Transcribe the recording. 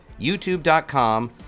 youtube.com